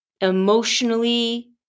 emotionally